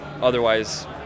Otherwise